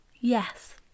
yes